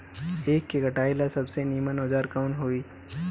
ईख के कटाई ला सबसे नीमन औजार कवन होई?